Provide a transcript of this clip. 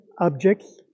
objects